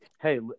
Hey